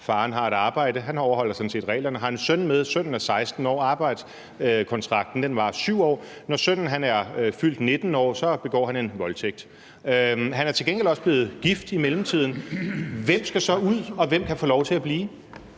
Faren har et arbejde, og han overholder sådan set reglerne og har en søn med. Sønnen er 16 år, og arbejdskontrakten varer 7 år. Når sønnen er fyldt 19 år, begår han en voldtægt. Han er i mellemtiden til gengæld også blevet gift. Hvem skal så ud, og hvem kan få lov til at blive?